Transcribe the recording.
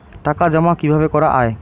টাকা জমা কিভাবে করা য়ায়?